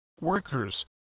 workers